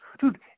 dude